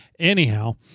Anyhow